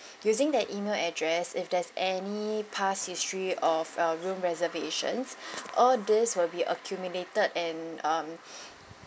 using that email address if there's any past history of our room reservations all these will be accumulated and um